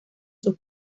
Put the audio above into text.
sus